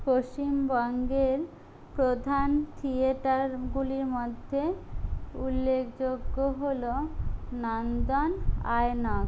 পশ্চিমবঙ্গের প্রধান থিয়েটারগুলির মধ্যে উল্লেখযোগ্য হল নন্দন আয়নক্স